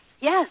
yes